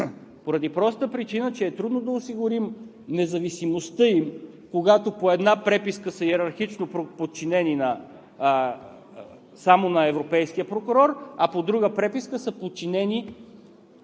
Поради простата причина, че е трудно да осигурим независимостта ѝ, когато по една преписка са йерархично подчинени само на европейския прокурор, а по друга преписка са подчинени